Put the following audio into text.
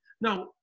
Now